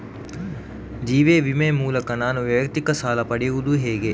ಜೀವ ವಿಮೆ ಮೂಲಕ ನಾನು ವೈಯಕ್ತಿಕ ಸಾಲ ಪಡೆಯುದು ಹೇಗೆ?